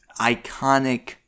iconic